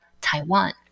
Taiwan